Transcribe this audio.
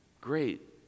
great